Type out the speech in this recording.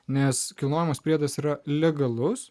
nes kilnojamas priedas yra legalus